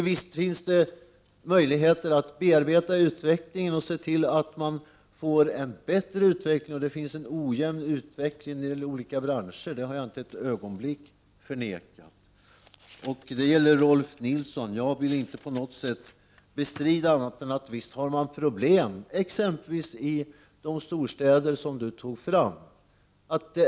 Visst finns det möjligheter att bearbeta utvecklingen och se till att den blir bättre. Utvecklingen är också ojämn i olika branscher, det har jag inte ett ögonblick förnekat. Till Rolf Nilson vill jag säga att jag inte på något sätt vill bestrida att man har problem, exempelvis i de storstäder som han nämnde.